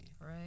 right